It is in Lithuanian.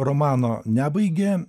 romano nebaigė